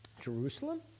Jerusalem